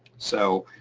so.